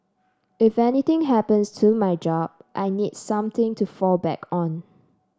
if anything happens to my job I need something to fall back on